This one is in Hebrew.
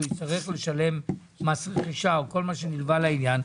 יצטרך לשלם מס רכישה או כל מה שנלווה לעניין,